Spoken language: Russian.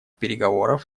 переговоров